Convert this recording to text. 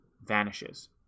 vanishes